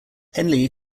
henley